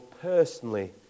personally